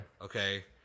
Okay